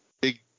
Big